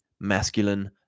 masculine